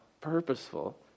purposeful